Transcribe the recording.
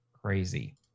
crazy